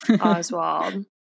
Oswald